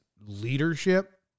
leadership